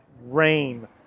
rain